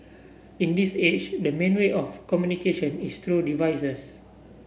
in this age the main way of communication is through devices